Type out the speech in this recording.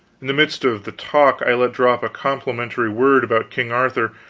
in the midst of the talk i let drop a complimentary word about king arthur,